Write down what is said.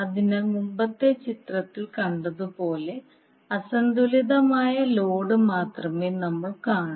അതിനാൽ മുമ്പത്തെ ചിത്രത്തിൽ കണ്ടതുപോലെ അസന്തുലിതമായ ലോഡ് മാത്രമേ നമ്മൾ കാണൂ